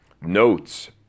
Notes